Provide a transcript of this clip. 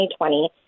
2020